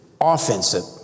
offensive